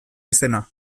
izena